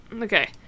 Okay